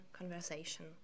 conversation